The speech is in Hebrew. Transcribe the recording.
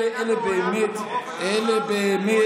באיזו מדינה